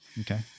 Okay